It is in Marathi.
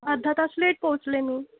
अर्धा तास लेट पोहोचले मी